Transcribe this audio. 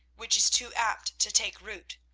which is too apt to take root.